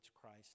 Christ